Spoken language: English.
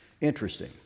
Interesting